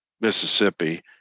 Mississippi